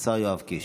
השר יואב קיש.